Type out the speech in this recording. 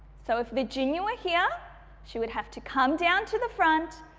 so, if virginia were here she would have to come down to the front,